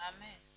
Amen